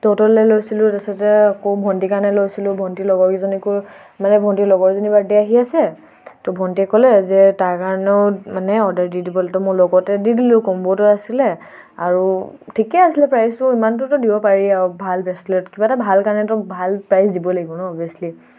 তহঁতলৈ লৈছিলোঁ তাৰপাছতে আকৌ ভণ্টিৰ কাৰণে লৈছিলোঁ ভণ্টিৰ লগৰকীজনীকো মানে ভণ্টিৰ লগৰজনীৰ বাৰ্থডে' আহি আছে তো ভণ্টিয়ে ক'লে যে তাৰ কাৰণেও মানে অৰ্ডাৰ দি দিবলৈ তো মোৰ লগতে দি দিলোঁ কোম্ব'টো আছিলে আৰু ঠিকে আছিলে প্ৰাইচটো ইমানটোতো দিব পাৰি আৰু ভাল ব্ৰেছলেট কিবা এটা ভাল কাৰণে তো ভাল প্ৰাইচ দিব লাগিব ন অভয়াছলি